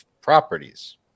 properties